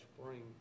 spring